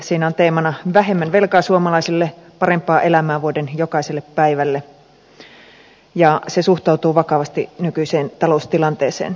siinä on teemana vähemmän velkaa suomalaisille parempaa elämää vuoden jokaiselle päivälle ja se suhtautuu vakavasti nykyiseen taloustilanteeseen